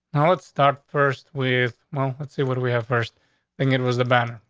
now, let's start first with well, let's see what we have. first thing it was the banner.